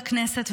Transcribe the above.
לכנסת,